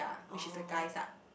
ah which is the guys ah